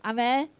Amen